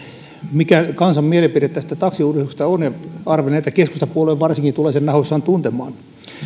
mikä kansan mielipide tästä taksiuudistuksesta on ja arvelen että keskustapuolue varsinkin tulee sen nahoissaan tuntemaan